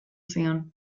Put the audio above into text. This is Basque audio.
zion